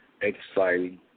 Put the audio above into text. exciting